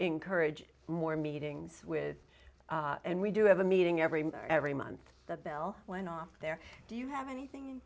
encourage more meetings with and we do have a meeting every every month the bill went off there do you have anything